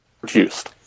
produced